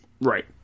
Right